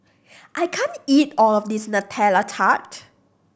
I can't eat all of this Nutella Tart